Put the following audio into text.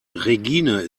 regine